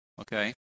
Okay